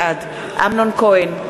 בעד אמנון כהן,